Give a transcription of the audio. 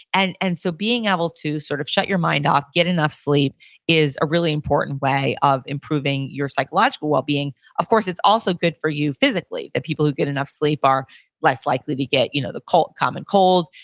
and and so, being able to sort of shut your mind off, get enough sleep is a really important way of improving your psychological well-being. of course, it's also good for you physically, that people who get enough sleep are less likely to get you know the common cold,